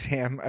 Sam